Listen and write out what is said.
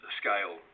scale